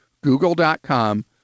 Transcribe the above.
google.com